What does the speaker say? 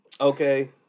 Okay